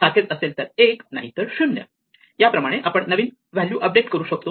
सारखेच असेल तर 1 नाहीतर 0 याप्रमाणे आपण नवीन व्हॅल्यू अपडेट करू शकतो